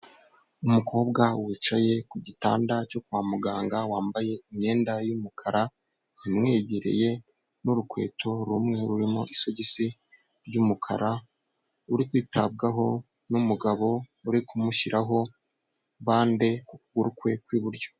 Umukobwa wicaye ku gitanda cyo kwa muganga wambaye imyenda y'umukara imwegereye n'urukweto rumwe rurimo isogisi ry'umukara, uri kwitabwaho n'umugabo uri kumushyiraho bande ku kuguru kwe kw'iburyo.